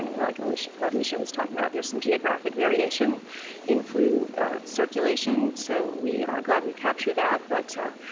like alicia alicia was talking about, there's some geographic variation in flu circulation, so we are glad we capture that but